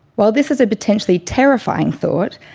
while this is a potentially terrifying thought,